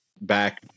back